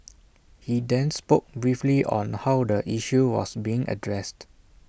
he then spoke briefly on how the issue was being addressed